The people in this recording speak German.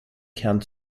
kern